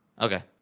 Okay